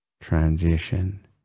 transition